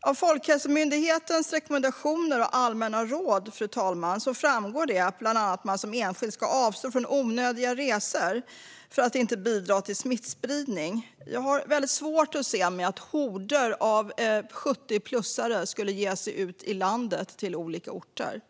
Av Folkhälsomyndighetens rekommendationer och allmänna råd, fru talman, framgår bland annat att man som enskild ska avstå från onödiga resor för att inte bidra till smittspridning. Jag har väldigt svårt att se att horder av 70-plussare skulle ge sig ut i landet till olika orter.